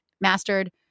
mastered